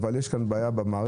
אבל יש כאן בעיה במערכת,